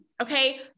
Okay